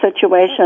situation